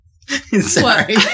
Sorry